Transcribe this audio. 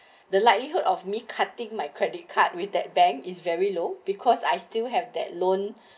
the likelihood of me cutting my credit card with the bank is very low because I still have that loan